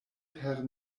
per